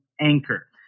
anchor